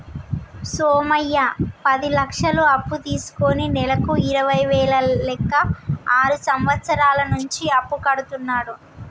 సోమయ్య పది లక్షలు అప్పు తీసుకుని నెలకు ఇరవై వేల లెక్క ఆరు సంవత్సరాల నుంచి అప్పు కడుతున్నాడు